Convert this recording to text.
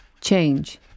change